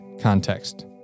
context